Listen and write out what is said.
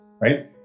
right